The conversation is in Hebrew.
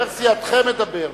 חבר סיעתכם מדבר.